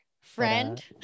friend